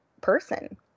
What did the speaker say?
person